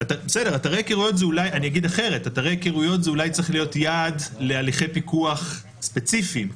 אתרי היכרויות זה אולי צריך להיות יעד להליכי פיקוח ספציפיים,